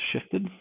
shifted